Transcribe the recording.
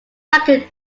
record